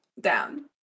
Down